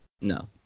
No